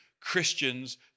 Christians